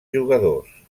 jugadors